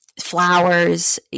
flowers